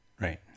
right